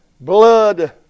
blood